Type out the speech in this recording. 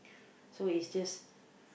so is just